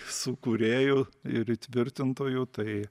sukūrėjų ir įtvirtintojų tai